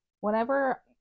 whenever